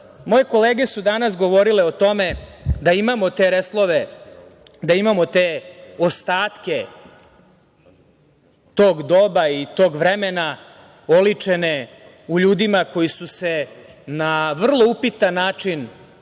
moje kolege su danas govorile o tome da imamo te restlove, da imamo te ostatke tog doba i tog vremena, oličene u ljudima koji su se na vrlo upitan način